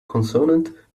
consonant